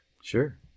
Sure